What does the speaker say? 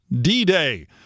D-Day